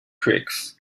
tricks